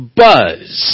buzz